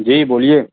جی بولیے